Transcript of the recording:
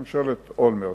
ממשלת אולמרט,